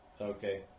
Okay